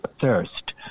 thirst